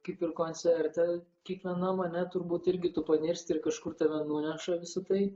kaip ir koncerte kiekvienam ane turbūt irgi tu panirsi ir kažkur tave nuneša visa tai